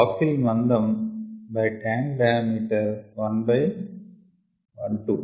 baffle మందం by tank diameter 1 by 12